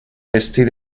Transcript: restée